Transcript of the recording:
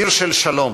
עיר של שלום.